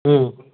ம்